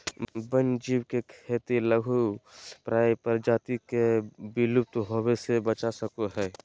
वन्य जीव के खेती लुप्तप्राय प्रजाति के विलुप्त होवय से बचा सको हइ